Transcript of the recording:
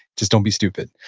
just don't be stupid.